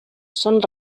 són